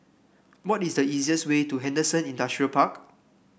what is the easiest way to Henderson Industrial Park